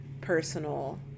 personal